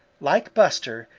like buster,